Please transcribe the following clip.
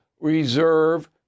reserve